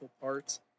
parts